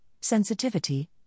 sensitivity